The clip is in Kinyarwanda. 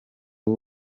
w’u